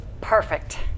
Perfect